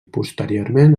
posteriorment